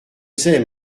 sais